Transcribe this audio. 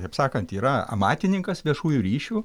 taip sakant yra amatininkas viešųjų ryšių